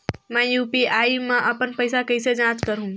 मैं यू.पी.आई मा अपन पइसा कइसे जांच करहु?